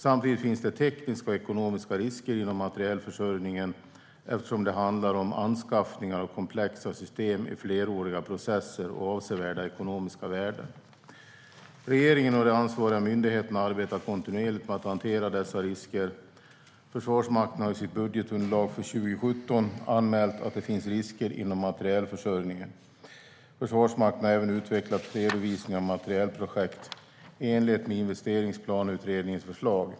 Samtidigt finns det tekniska och ekonomiska risker inom materielförsörjningen, eftersom det handlar om anskaffningar av komplexa system i fleråriga processer och avsevärda ekonomiska värden. Regeringen och de ansvariga myndigheterna arbetar kontinuerligt med att hantera dessa risker. Försvarsmakten har i sitt budgetunderlag för 2017 anmält att det finns risker inom materielförsörjningen. Försvarsmakten har även utvecklat redovisningen av materielprojekt, i enlighet med investeringsplaneringsutredningens förslag.